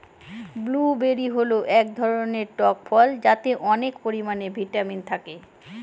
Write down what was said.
blueberry হল এক ধরনের টক ফল যাতে অনেক পরিমানে ভিটামিন থাকে